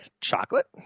chocolate